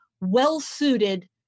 well-suited